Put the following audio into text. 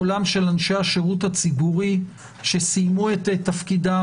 קולם של אנשי השירות הציבורי שסיימו את תפקידם,